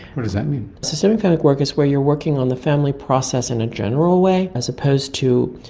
what does that mean? systemic family um like work is where you are working on the family process in a general way as opposed to,